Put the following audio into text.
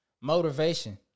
motivation